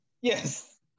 Yes